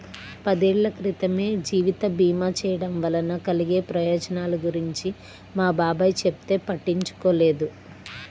పదేళ్ళ క్రితమే జీవిత భీమా చేయడం వలన కలిగే ప్రయోజనాల గురించి మా బాబాయ్ చెబితే పట్టించుకోలేదు